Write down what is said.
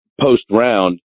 post-round